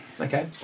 Okay